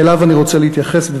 ואליו אני רוצה להתייחס,